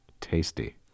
tasty